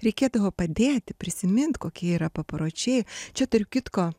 reikėdavo padėti prisimint kokie yra papročiai čia tarp kitko